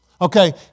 Okay